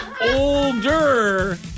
older